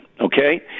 Okay